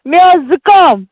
مےٚ ٲسۍ زُکام